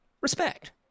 respect